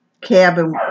cabin